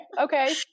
okay